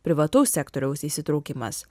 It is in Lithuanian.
privataus sektoriaus įsitraukimas